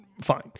fine